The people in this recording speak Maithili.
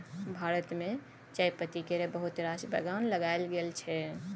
भारत मे चायपत्ती केर बहुत रास बगान लगाएल गेल छै